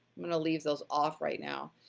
i'm gonna leave those off right now.